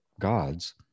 gods